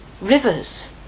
Rivers